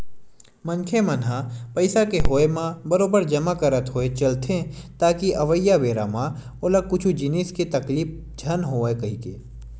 मनखे मन ह पइसा के होय म बरोबर जमा करत होय चलथे ताकि अवइया बेरा म ओला कुछु जिनिस के तकलीफ झन होवय कहिके